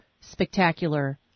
spectacular